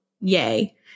yay